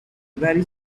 very